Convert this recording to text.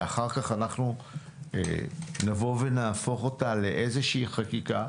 שאחר כך אנחנו נבוא ונהפוך אותה לאיזושהי חקיקה,